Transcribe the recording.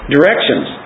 Directions